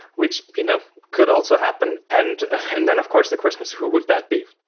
which you know could also happen. and and then of course the question is who would that be.